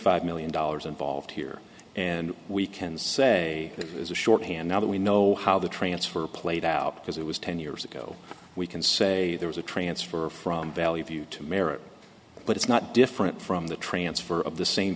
five million dollars involved here and we can say that as a shorthand now that we know how the transfer played out because it was ten years ago we can say there was a transfer from value to merit but it's not different from the transfer of the same